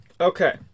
Okay